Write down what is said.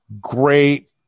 Great